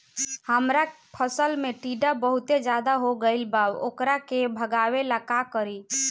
हमरा फसल में टिड्डा बहुत ज्यादा हो गइल बा वोकरा के भागावेला का करी?